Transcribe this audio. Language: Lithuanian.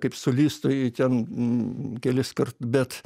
kaip solistui ten keliskart bet